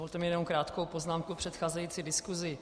Dovolte mi jenom krátkou poznámku k předcházející diskusi.